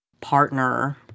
partner